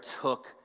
took